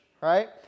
right